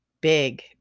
big